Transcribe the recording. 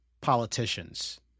politicians